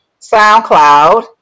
SoundCloud